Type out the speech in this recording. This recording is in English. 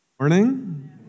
morning